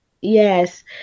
Yes